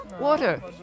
water